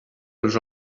els